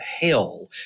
hell